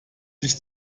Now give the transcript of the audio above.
sich